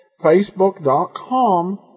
facebook.com